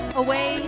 away